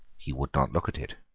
he would not look at it.